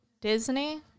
Disney